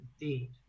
Indeed